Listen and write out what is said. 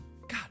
God